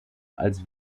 als